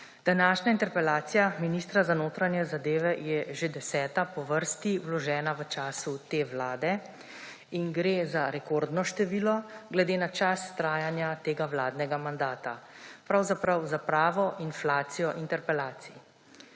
Današnja interpelacija ministra za notranje zadeve je že deseta po vrsti, vložena v času te vlade. In gre za rekordno število glede na čas trajanja tega vladnega mandata, pravzaprav za pravo inflacijo interpelacij.